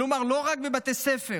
כלומר לא רק בבתי ספר